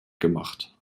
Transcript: gemacht